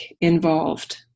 involved